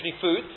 food